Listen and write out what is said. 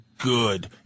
good